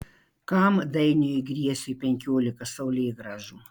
kam dainiui griesiui penkiolika saulėgrąžų